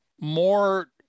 more